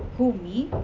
who? me?